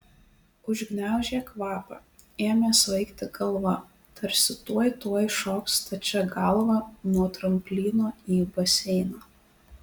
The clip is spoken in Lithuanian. užgniaužė kvapą ėmė svaigti galva tarsi tuoj tuoj šoks stačia galva nuo tramplyno į baseiną